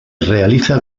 realiza